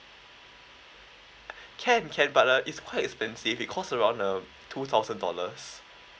can can but uh it's quite expensive it costs around uh two thousand dollars